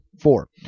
Four